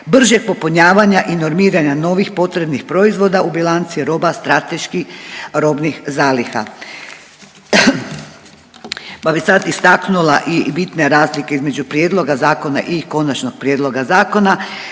bržeg popunjavanja i normiranja novih potrebnih proizvoda u bilanci roba strateških robnih zaliha. Pa bi sad istaknula i bitne razlike između prijedloga zakona i konačnog prijedloga zakona.